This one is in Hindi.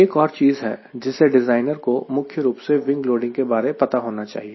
एक और चीज है जिसे डिज़ाइनर को मुख्य रूप से विंग लोडिंग के बारे पता होना चाहिए